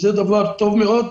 זה דבר טוב מאוד.